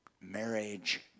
marriage